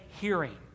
hearing